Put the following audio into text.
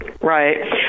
Right